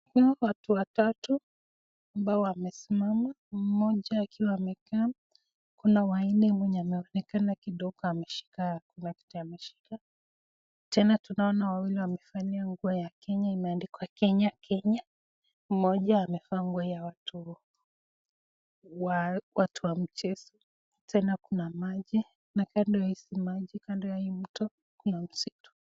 Kuna watu watatu ambao wamesimama, mmoja akiwa amekaa. Kuna wa nne mwenye ameonekana kidogo ameshika, kuna kitu ameshika. Tena tunaona wawili wamevalia nguo ya Kenya, imeandikwa Kenya Kenya. Mmoja amevaa nguo wa watu wa mchezo. Tena kuna maji, na kando ya hizi maji, kando ya hii mto, kuna msitu.